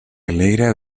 alegra